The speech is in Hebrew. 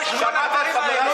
שמעת מה שהיא אמרה?